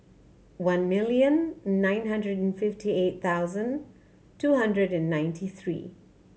one million nine hundred and fifty eight thousand two hundred and ninety three